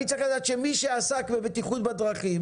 אני צריך לדעת שמי שעסק בבטיחות בדרכים